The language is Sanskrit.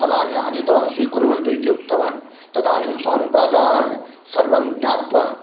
फलानि आनीतवान् स्वीकुर्वन्तु इति उक्तवान् तदानीं स्वामिपादाः सर्वं ज्ञात्वा